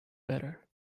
better